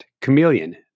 Chameleon